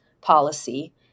policy